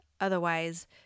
otherwise